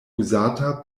uzata